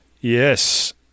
Yes